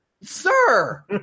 sir